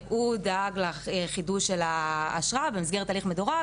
הוא דאג לחידוש של האשרה במסגרת הליך מדורג